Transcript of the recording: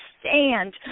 stand